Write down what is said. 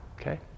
okay